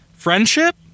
Friendship